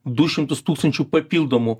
du šimtus tūkstančių papildomų